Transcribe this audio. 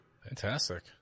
Fantastic